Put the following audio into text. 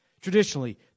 Traditionally